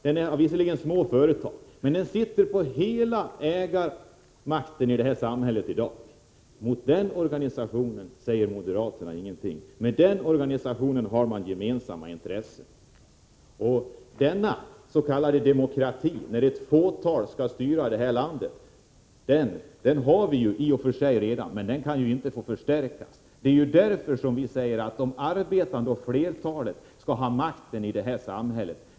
Den är uppbyggd på stora och små företag, men den har i dag hela ägarmakten i vårt samhälle. När det gäller den organisationen säger moderaterna ingenting. Med den organisationen har man gemensamma intressen. Denna s.k. demokrati, där ett fåtal skall styra landet, har vi i och för sig redan i dag, men den får inte förstärkas. Det är därför som vi säger att de arbetande skall ha makten i det här samhället.